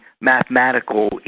mathematical